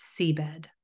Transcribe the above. seabed